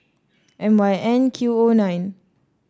M Y N Q O nine